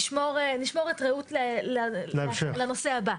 נשמור את רעות לנושא הבא.